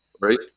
right